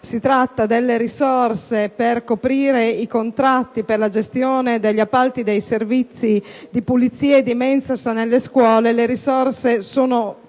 Si tratta delle risorse per coprire i contratti per la gestione degli appalti dei servizi di pulizia e di mensa nelle scuole. Le risorse